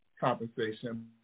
compensation